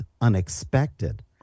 unexpected